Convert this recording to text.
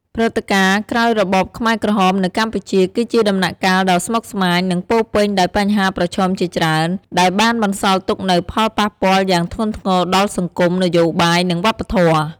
ព្រឹត្តិការណ៍ក្រោយរបបខ្មែរក្រហមនៅកម្ពុជា គឺជាដំណាក់កាលដ៏ស្មុគស្មាញ និងពោរពេញដោយបញ្ហាប្រឈមជាច្រើន ដែលបានបន្សល់ទុកនូវផលប៉ះពាល់យ៉ាងធ្ងន់ធ្ងរដល់សង្គម នយោបាយ និងវប្បធម៌។